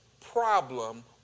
problem